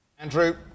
Andrew